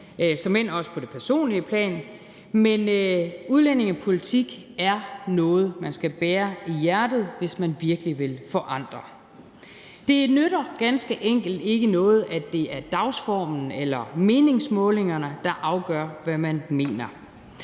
såmænd også på det personlige plan. Men udlændingepolitik er noget, man skal bære i hjertet, hvis man virkelig vil forandre. Det nytter ganske enkelt ikke noget, at det er dagsformen eller meningsmålingerne, der afgør, hvad man mener.